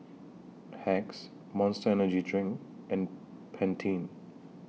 Hacks Monster Energy Drink and Pantene